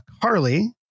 Carly